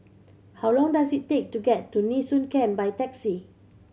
how long does it take to get to Nee Soon Camp by taxi